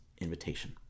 invitation